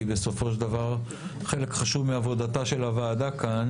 כי בסופו של דבר חלק חשוב מעבודתה של הוועדה כאן